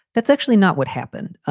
that's actually not what happened.